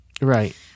Right